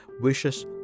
wishes